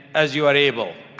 as you are able.